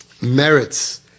merits